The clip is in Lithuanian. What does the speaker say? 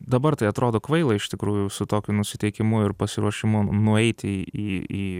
dabar tai atrodo kvaila iš tikrųjų su tokiu nusiteikimu ir pasiruošimu nueiti į į